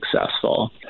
successful